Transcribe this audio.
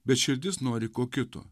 bet širdis nori ko kito